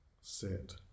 sit